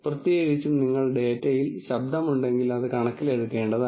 പ്രത്യേകിച്ചും നിങ്ങൾക്ക് ഡാറ്റയിൽ ശബ്ദമുണ്ടെങ്കിൽ അത് കണക്കിലെടുക്കേണ്ടതാണ്